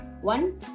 one